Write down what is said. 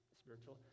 spiritual